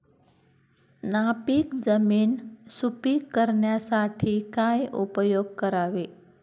नापीक जमीन सुपीक करण्यासाठी काय उपयोग करावे?